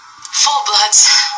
full-bloods